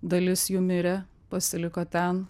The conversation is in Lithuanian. dalis jų mirė pasiliko ten